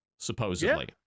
supposedly